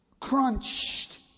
crunched